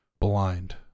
blind